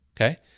Okay